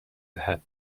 دهد